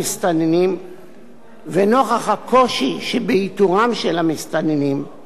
ונוכח הקושי שבאיתורם של המסתננים עקב היעדר נתונים